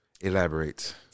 Elaborate